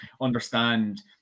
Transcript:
understand